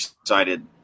excited